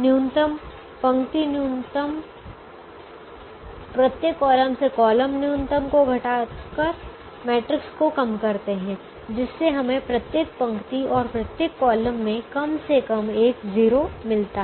न्यूनतम पंक्ति न्यूनतम प्रत्येक कॉलम से कॉलम न्यूनतम को घटाकर मैट्रिक्स को कम करते हैं जिससे हमें प्रत्येक पंक्ति और प्रत्येक कॉलम में कम से कम एक 0 मिलता है